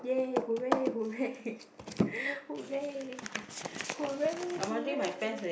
!yay! !hooray! !hooray! !hooray! !hooray! !hooray!